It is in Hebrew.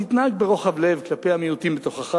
תנהג ברוחב לב כלפי המיעוטים בתוכך.